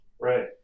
Right